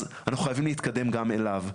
אז אנחנו חייבים להתקדם גם אליו,